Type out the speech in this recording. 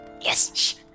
yes